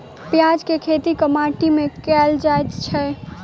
प्याज केँ खेती केँ माटि मे कैल जाएँ छैय?